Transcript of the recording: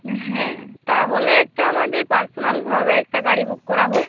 হ্যাঁ তাহলে একটা আমাদের পার্সোনালভাবে একটা গাড়ি বুক করা হোক